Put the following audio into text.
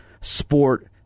sport